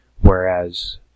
whereas